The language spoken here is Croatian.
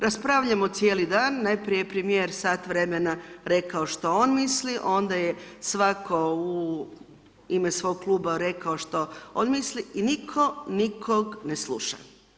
Raspravljamo cijeli dan, najprije je premijer sat vremena rekao što on misli, onda je svatko u ime svog kluba rekao što on misli i nitko nikog ne sluša.